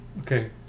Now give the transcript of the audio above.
Okay